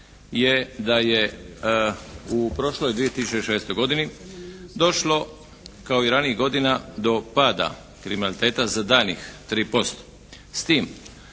je da je u prošloj 2006. godini došlo kao i ranijih godina do pada kriminaliteta za daljnjih 3%,